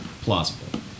plausible